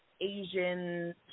Asian